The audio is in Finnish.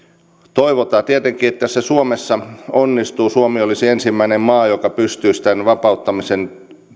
toivotaan tietenkin että se suomessa onnistuu suomi olisi ensimmäinen maa joka pystyisi tämän vapauttamisen